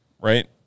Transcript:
right